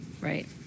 right